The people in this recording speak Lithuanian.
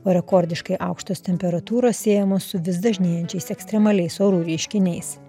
o rekordiškai aukštos temperatūros siejamos su vis dažnėjančiais ekstremaliais orų reiškiniais